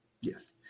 yes